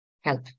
help